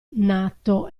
nato